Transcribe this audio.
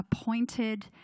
appointed